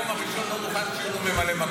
נתניהו מהיום הראשון לא מוכן שיהיה לו ממלא מקום.